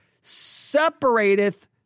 separateth